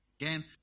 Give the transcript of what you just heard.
Again